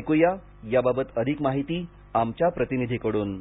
ऐक्या याबाबत अधिक माहिती आमच्या प्रतिनिधीकडून